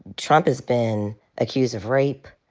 trump has been accused of rape,